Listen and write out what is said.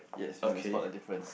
yes we gonna spot the difference